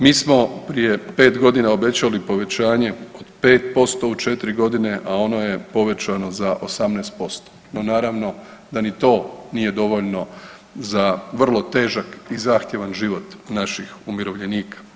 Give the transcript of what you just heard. Mi smo prije 5 godina obećali povećanje od 5% u 4 godine, a ono je povećano za 18% no naravno da ni to nije dovoljno za vrlo težak i zahtjevan život naših umirovljenika.